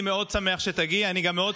בסדר,